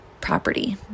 property